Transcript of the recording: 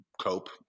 cope